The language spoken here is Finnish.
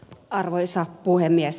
arvoisa puhemies